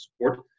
support